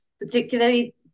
particularly